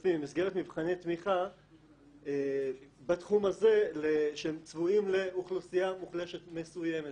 כספים במסגרת מבחני תמיכה בתחום הזה שצבועים לאוכלוסייה מוחלשת מסוימת.